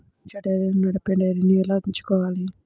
వాణిజ్య డైరీలను నడిపే డైరీని ఎలా ఎంచుకోవాలి?